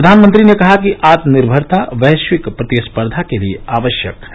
प्रधानमंत्री ने कहा कि आत्मनिर्भरता वैश्विक प्रतिस्पर्धा के लिए आवश्यक है